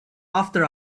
after